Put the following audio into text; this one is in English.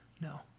No